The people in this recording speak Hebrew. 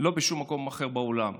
ולא בשום מקום אחר בעולם.